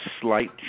slight